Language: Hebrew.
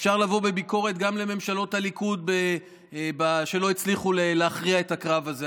אפשר לבוא בביקורת גם לממשלות הליכוד שלא הצליחו להכריע את הקרב הזה.